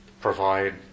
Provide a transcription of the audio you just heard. provide